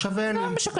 שווה להם.